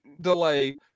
delay